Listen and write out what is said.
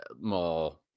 more